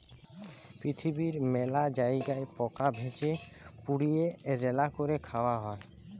পিরথিবীর মেলা জায়গায় পকা ভেজে, পুড়িয়ে, রাল্যা ক্যরে খায়া হ্যয়ে